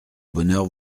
bonheur